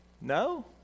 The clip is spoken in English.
No